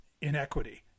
inequity